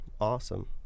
awesome